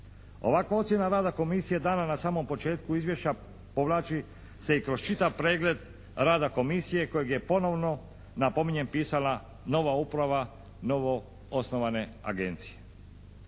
Ovakva ocjena rada komisije dana na samom početku izvješća povlači se i kroz čitav pregled rada komisije kojeg je ponovno napominjem, pisala nova uprava novoosnovane agencije.